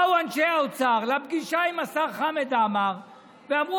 באו אנשי האוצר לפגישה עם השר חמד עמאר ואמרו,